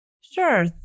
Sure